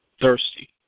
thirsty